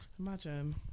Imagine